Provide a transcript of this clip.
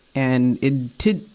and, it, to,